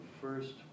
first